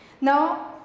Now